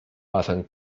pasan